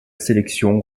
sélection